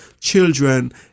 children